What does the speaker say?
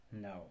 No